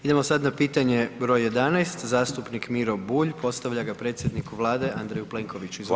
Idemo sad na pitanje br. 11. zastupnik Miro Bulj, postavlja ga predsjedniku Vlade Andreju Plenkoviću, izvolite.